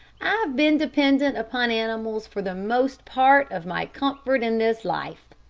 i've been dependent upon animals for the most part of my comfort in this life,